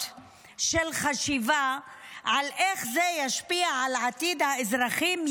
של חשיבה על איך זה ישפיע על עתיד האזרחים,